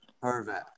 Perfect